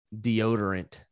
deodorant